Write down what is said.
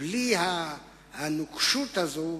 בלי הנוקשות הזאת